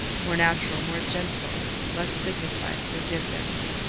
more natural, more gentle, less dignified, forgiveness.